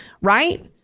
Right